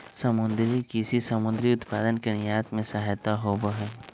समुद्री कृषि समुद्री उत्पादन के निर्यात में सहायक होबा हई